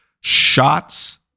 shots